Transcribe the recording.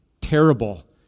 terrible